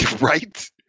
Right